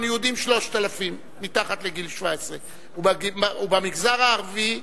יהודים 3,000 מתחת לגיל 17. במגזר הערבי,